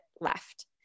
left